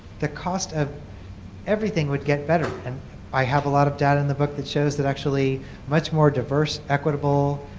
the cost of everything would get better, and i have a lot of data in the book that shows that actually much more diverse, equitable,